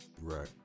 Right